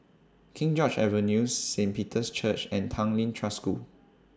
King George's Avenue Saint Peter's Church and Tanglin Trust School